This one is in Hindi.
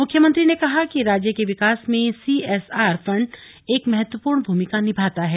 मुख्यमंत्री ने कहा कि राज्य के विकास में सीएस आर फंड एक महत्वपूर्ण भूमिका निभाता है